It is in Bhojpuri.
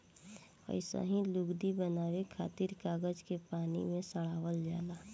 अइसही लुगरी बनावे खातिर कागज के पानी में सड़ावल जाला